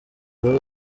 wari